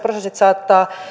prosessit saattavat